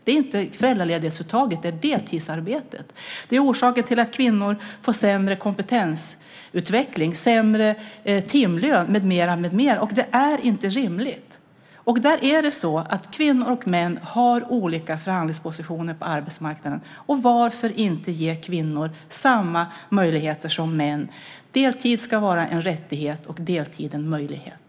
Det är inte föräldraledighetsuttaget, utan det är deltidsarbetet. Det är orsaken till att kvinnor får sämre kompetensutveckling, sämre timlön med mera, och det är inte rimligt. Kvinnor och män har olika förhandlingspositioner på arbetsmarknaden. Varför inte ge kvinnor samma möjligheter som män? Heltid ska vara en rättighet och deltid en möjlighet.